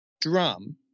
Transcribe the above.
Drum